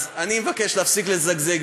אז אני מבקש להפסיק לזגזג.